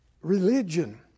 Religion